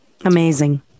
Amazing